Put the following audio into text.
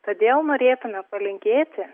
todėl norėtume palinkėti